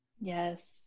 Yes